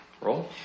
roll